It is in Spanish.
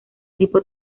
tipo